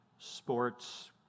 sports